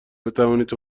بتوانید